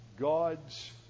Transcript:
God's